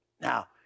Now